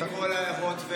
אתם מכריזים על קץ הדמוקרטיה,